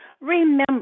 Remember